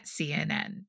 CNN